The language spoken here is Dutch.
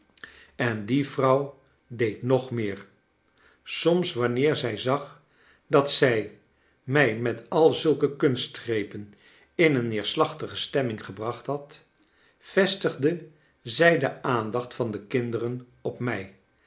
en die vrouw deed nog meer soms wanneer zij zag dat zij mij met al zulke kunstgrepen in een neerslach tige stemming gebracht had vestigde zij de aandacht van de kinderen op mij